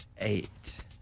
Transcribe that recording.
eight